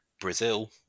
Brazil